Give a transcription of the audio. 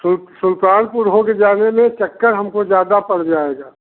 सुल सुल्तानपुर हो कर जाने में चक्कर हमको ज़्यादा पड़ जाएगा